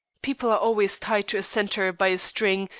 people are always tied to a centre by a string,